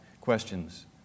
questions